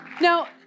Now